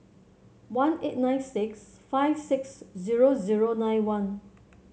one eight nine six five six zero zero nine one